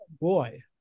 boy